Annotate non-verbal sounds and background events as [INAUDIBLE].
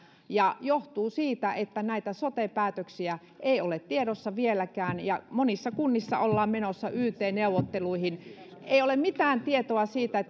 mikä johtuu siitä että näitä sote päätöksiä ei ole tiedossa vieläkään monissa kunnissa ollaan menossa yt neuvotteluihin ei ole mitään tietoa siitä [UNINTELLIGIBLE]